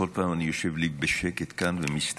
בכל פעם אני יושב לי בשקט כאן ומסתכל